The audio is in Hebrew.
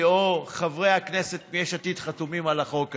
או חברי הכנסת מיש עתיד חתומים על החוק הזה,